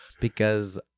Because-